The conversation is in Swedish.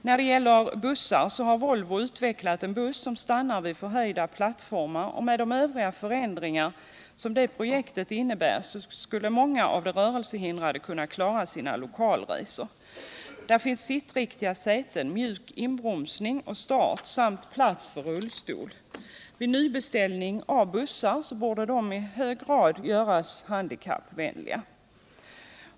När det gäller bussarna har Volvo utvecklat en buss som stannar vid förhöjda plattformar, och med de övriga förändringar som det projektet medför skulle många rörelsehindrade kunna klara sina lokalresor. Det innebär sittriktiga säten, mjuk inbromsning och start samt plats för rullstol. Vid nybeställning av bussar borde dessa i så hög grad som det är möjligt göras handikappvänliga.